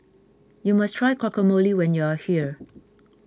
you must try Guacamole when you are here